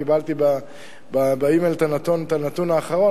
קיבלתי באימייל את הנתון האחרון.